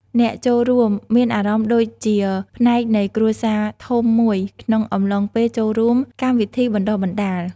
អ្នកចូលរួមមានអារម្មណ៍ដូចជាផ្នែកនៃគ្រួសារធំមួយក្នុងអំឡុងពេលចូលរួមកម្មវិធីបណ្ដុះបណ្ដាល។